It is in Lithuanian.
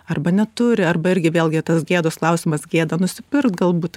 arba neturi arba irgi vėlgi tas gėdos klausimas gėda nusipirkt galbūt